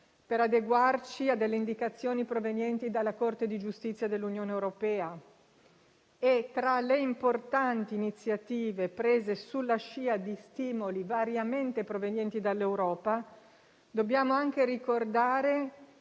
per adeguarci alle indicazioni provenienti dalla Corte di giustizia dell'Unione europea. Tra le importanti iniziative prese sulla scia di stimoli variamente provenienti dall'Europa, dobbiamo anche ricordare